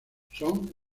son